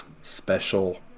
special